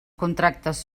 contractes